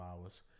hours